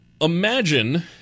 Imagine